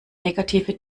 negative